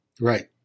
Right